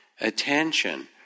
Attention